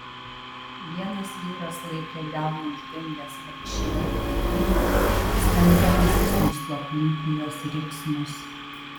vienas vyras laikė delnu uždengęs vargšei aukai burną stengdamasis nuslopinti jos riksmus